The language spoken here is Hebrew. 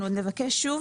אנחנו עוד נבקש שוב,